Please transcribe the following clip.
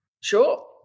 Sure